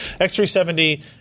X370